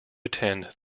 attend